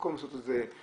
במקום לעשות את זה מתון,